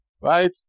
right